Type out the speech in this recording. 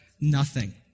nothing